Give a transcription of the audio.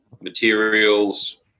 materials